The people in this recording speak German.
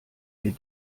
wir